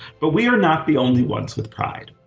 but we are not the only ones with pride.